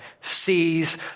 sees